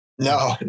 No